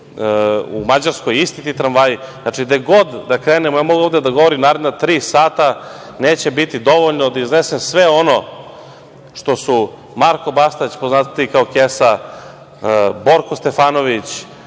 u Mađarskoj isti ti tramvaji. Znači gde god da krenemo… Ja mogu ovde da govorim naredna tri sata i neće biti dovoljno da iznesem sve ono što su Marko Bastać, poznatiji kao „kesa“, Borko Stefanović,